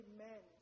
Amen